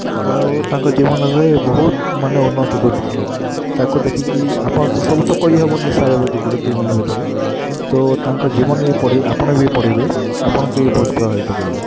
ଆଉ ତାଙ୍କ ଜୀବନରେ ବହୁତ୍ ମାନେ ଉନ୍ନତି କରିଥିଲେ ସେ ତାକୁ ଦେଖିକି ଆପଣ ଦେଖିକି ସବୁ ତ କହିହବନି ସାର୍ ଗୁଟେ ଦୁଇ ମିନିଟ୍ ଭିତରେ ତ ତାଙ୍କ ଜୀବନରେ ପଢ଼ି ଆପଣ ବି ପଢ଼ିବେ ଆପଣଙ୍କୁ ବି ବହୁତ୍ ପ୍ରଭାବିତ କରିବ